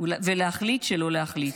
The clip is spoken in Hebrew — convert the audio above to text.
ולהחליט שלא להחליט.